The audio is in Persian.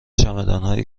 چمدانهای